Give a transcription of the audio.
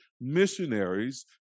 missionaries